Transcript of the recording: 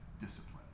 discipline